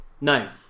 no